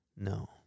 No